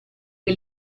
che